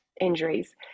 injuries